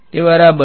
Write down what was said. તે બરાબર